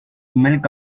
milk